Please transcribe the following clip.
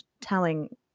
telling